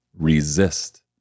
Resist